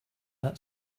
that